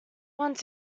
want